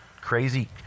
crazy